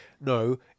No